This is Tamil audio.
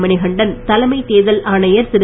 மணிகண்டன் தலைமைத் தேர்தல் ஆணையர் திரு